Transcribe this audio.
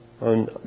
on